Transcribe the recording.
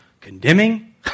condemning